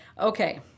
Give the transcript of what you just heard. Okay